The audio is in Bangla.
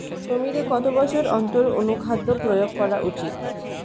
জমিতে কত বছর অন্তর অনুখাদ্য প্রয়োগ করা উচিৎ?